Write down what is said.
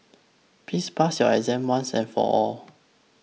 please pass your exam once and for all